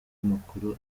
amakuru